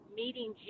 meeting